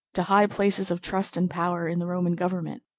to high places of trust and power in the roman government,